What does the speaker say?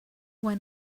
why